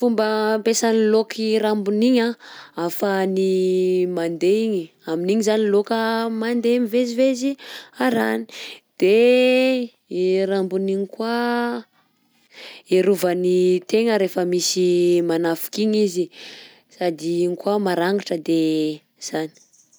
Fomba ampiasan'ny laoka i rambony igny anh ahafahany mandeha igny, amin'igny zany laoka mandeha mivezivezy aràny, de i rambony igny koa iarovany tegna rehefa misy manafika igny izy sady igny koa marangitra de zany.